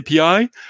API